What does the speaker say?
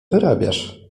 wyrabiasz